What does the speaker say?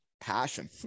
passion